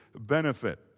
benefit